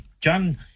John